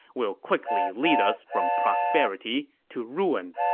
will quickly lead us from prosperity to ruin.